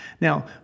Now